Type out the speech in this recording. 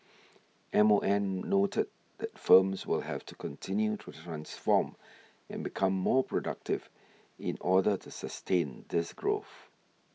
M O M noted that firms will have to continue to transform and become more productive in order to sustain this growth